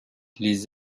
les